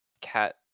cat